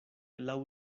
laŭ